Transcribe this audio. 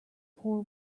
poor